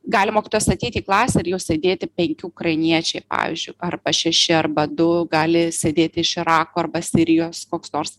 gali mokytojas ateiti į klasę ir jau sėdėti penki ukrainiečiai pavyzdžiui arba šeši arba du gali sėdėti iš irako arba sirijos koks nors